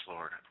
Lord